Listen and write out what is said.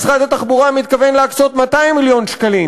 משרד התחבורה מתכוון להקצות 200 מיליון שקלים